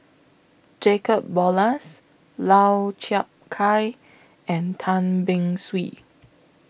Jacob Ballas Lau Chiap Khai and Tan Beng Swee